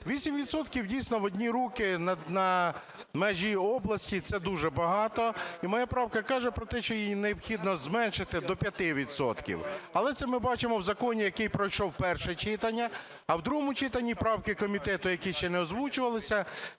дійсно, в одні руки на межі області – це дуже багато, і моя правка каже про те, що її необхідно зменшити до 5 відсотків. Але це ми бачимо в законі, який пройшов перше читання, а в другому читанні правки комітету, які ще не озвучувалися,